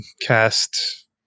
cast